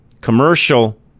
commercial